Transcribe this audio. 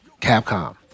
capcom